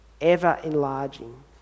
ever-enlarging